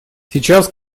сейчас